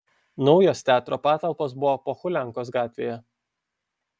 naujos teatro patalpos buvo pohuliankos gatvėje